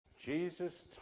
Jesus